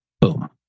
Boom